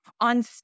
on